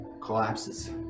collapses